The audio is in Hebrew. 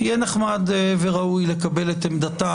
יהיה נחמד וראוי לקבל את עמדתם.